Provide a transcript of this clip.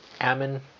Ammon